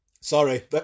Sorry